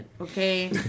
Okay